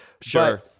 Sure